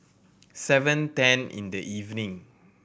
seven ten in the evening